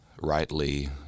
rightly